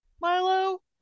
Milo